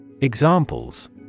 Examples